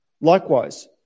Likewise